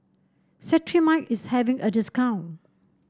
Cetrimide is having a discount